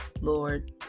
Lord